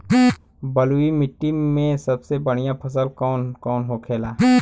बलुई मिट्टी में सबसे बढ़ियां फसल कौन कौन होखेला?